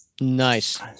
Nice